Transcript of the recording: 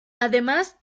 además